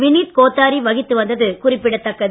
வினீத் கோத்தாரி வகித்து வந்தது குறிப்பிடத்தக்கது